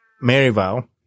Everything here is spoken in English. Maryvale